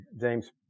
James